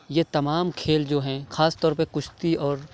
یہ تمام کھیل جو ہیں خاص طور پہ کُشتی اور